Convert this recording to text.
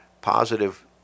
positive